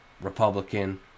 Republican